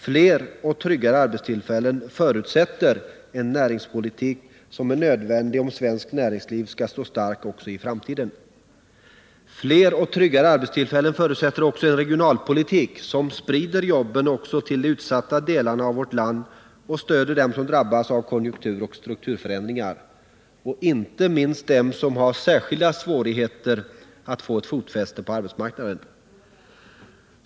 Fler och tryggare arbetstillfällen förutsätter en näringspolitik som är nödvändig om svenskt näringsliv skall stå starkt också i framtiden. Fler och tryggare arbetstillfällen förutsätter också en regionalpolitik som sprider jobben också till de utsatta delarna av vårt land och stödjer dem som drabbas av konjunkturoch strukturförändringar — inte minst dem som har särskilda svårigheter att få ett fotfäste på arbetsmarknaden.